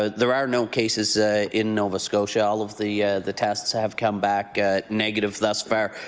ah there are no cases ah in nova scotia. all of the the tests have come back negative thus far.